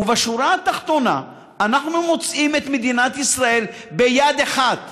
ובשורה התחתונה אנחנו מוצאים את מדינת ישראל ביד אחת